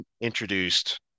introduced